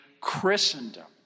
Christendom